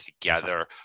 together